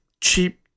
cheap